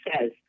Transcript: says